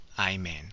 Amen